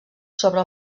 sobre